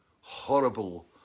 horrible